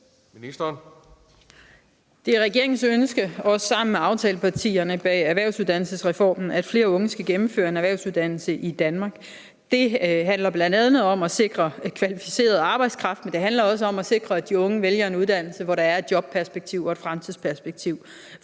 Det er regeringens ønske, også sammen med aftalepartierne bag erhvervsuddannelsesreformen, at flere unge skal gennemføre en erhvervsuddannelse i Danmark. Det handler bl.a. om at sikre kvalificeret arbejdskraft, men det handler også om at sikre, at de unge vælger en uddannelse, hvor der er et jobperspektiv og et fremtidsperspektiv